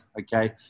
okay